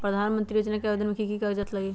प्रधानमंत्री योजना में आवेदन मे की की कागज़ात लगी?